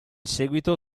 seguito